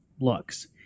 looks